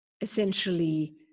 essentially